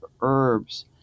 herbs